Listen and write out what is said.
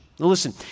Listen